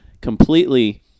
completely